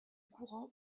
courant